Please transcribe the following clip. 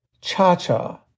cha-cha